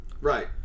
Right